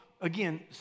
again